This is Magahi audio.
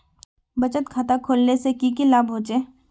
बचत खाता खोलने से की की लाभ होचे?